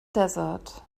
desert